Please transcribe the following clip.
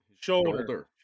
Shoulder